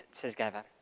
together